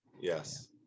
Yes